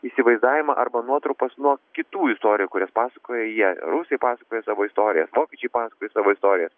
įsivaizdavimą arba nuotrupas nuo kitų istorijų kurias pasakoja jie rusai pasakoja savo istorijas vokiečiai pasakoja savo istorijas